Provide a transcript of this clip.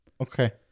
Okay